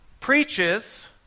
preaches